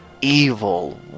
evil